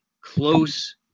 close